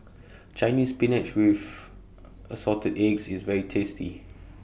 Chinese Spinach with Assorted Eggs IS very tasty